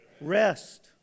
Rest